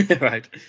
Right